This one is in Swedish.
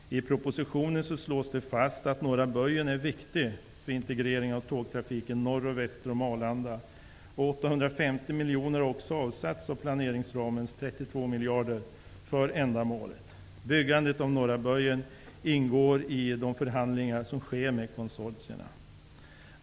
I propositionen slås det fast att ''norra böjen'' är viktig för integreringen av tågtrafiken norr och väster om Arlanda, och 850 miljoner av planeringsramens 32 miljarder har också avsatts för ändamålet. Byggandet av ''norra böjen'' ingår i de förhandlingar som sker med konsortierna.